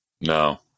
no